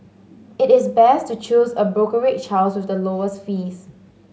it is best to choose a brokerage house with the lowest fees